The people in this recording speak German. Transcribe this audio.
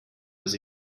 dass